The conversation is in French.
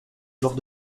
lors